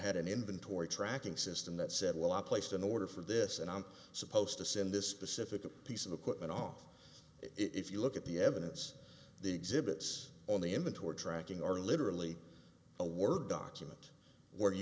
had an inventory tracking system that said well i placed an order for this and i'm supposed to send this specific piece of equipment off if you look at the evidence the exhibits on the inventory tracking are literally a word document where